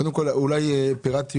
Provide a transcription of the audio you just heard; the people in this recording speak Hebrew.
קודם כל אולי פירטת,